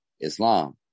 Islam